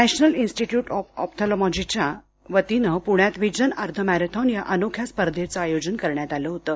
national institute of ऑप्थॉल्मॉजीच्या वतीनं पृण्यात व्हिजन अर्ध मॅरेथॉन या अनोख्या स्पर्धेंचं आयोजन करण्यात आलं होतं